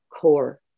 core